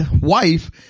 wife